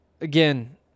Again